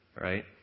right